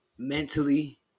mentally